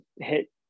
hit